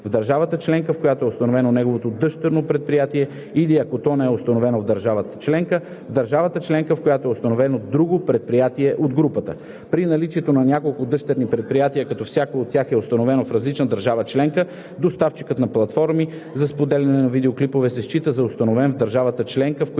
в държавата членка, в която е установено неговото дъщерно предприятие, или, ако то не е установено в държава членка, в държавата членка, в която е установено другото предприятие от групата. При наличието на няколко дъщерни предприятия, като всяко от тях е установено в различна държава членка, доставчикът на платформи за споделяне на видеоклипове се счита за установен в държавата членка,